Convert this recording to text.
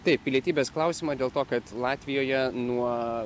taip pilietybės klausimą dėl to kad latvijoje nuo